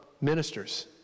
ministers